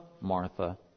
Martha